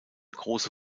große